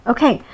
Okay